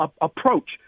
approach